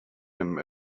him